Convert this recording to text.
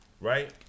right